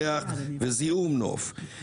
ריח וזיהום נוף,